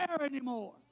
anymore